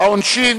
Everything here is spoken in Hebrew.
העונשין